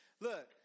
Look